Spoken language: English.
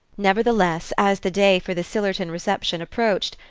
nevertheless, as the day for the sillerton reception approached,